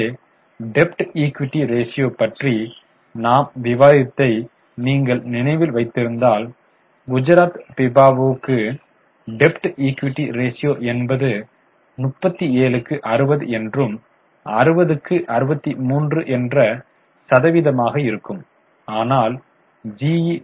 எனவே டெபிட் equity ratio பற்றி நாம் விவாதித்ததை நீங்கள் நினைவில் வைத்திருந்தால் குஜராத் பிபாவவுக்கு டெபிட் ஈக்விட்டி ரேஷியோ என்பது 37 க்கு 60 என்றும் 60 க்கு 63 என்ற சதவிகிதமாக இருக்கும் ஆனால் ஜி